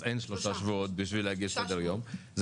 אין שלושה שבועות בשביל להגיש סדר יום,